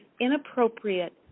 inappropriate